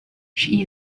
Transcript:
she